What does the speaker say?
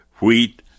wheat